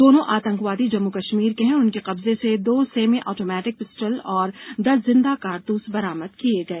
दोनों आतंकवादी जम्मू कश्मीर के हैं और इनके कब्जे से दो सेमी आटोमैटिक पिस्तौल और दस जिंदा कारतूस बरामद किए गए